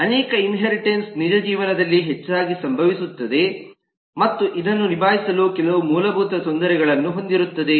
ಅನೇಕ ಇನ್ಹೇರಿಟೆನ್ಸ್ ನಿಜ ಜೀವನದಲ್ಲಿ ಹೆಚ್ಚಾಗಿ ಸಂಭವಿಸುತ್ತದೆ ಮತ್ತು ಇದನ್ನು ನಿಭಾಯಿಸಲು ಕೆಲವು ಮೂಲಭೂತ ತೊಂದರೆಗಳನ್ನು ಹೊಂದಿರುತ್ತದೆ